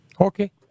Okay